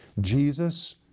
Jesus